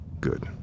Good